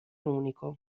unico